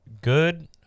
good